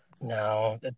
No